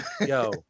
Yo